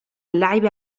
اللعب